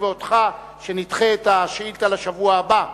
ואותך שנדחה את השאילתא לשבוע הבא.